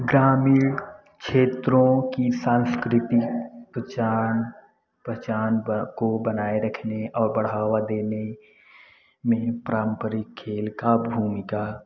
ग्रामीण क्षेत्रों की सांस्कृतिक पहचान पहचान को बनाए रखने और बढ़ावा देने में पारंपरिक खेल का भूमिका